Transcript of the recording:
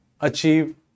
achieve